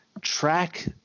track